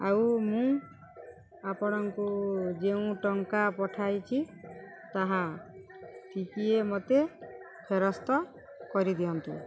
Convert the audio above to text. ଆଉ ମୁଁ ଆପଣଙ୍କୁ ଯେଉଁ ଟଙ୍କା ପଠାଇଛିି ତାହା ଟିକିଏ ମୋତେ ଫେରସ୍ତ କରିଦିଅନ୍ତୁ